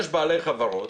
יש בעלי חברות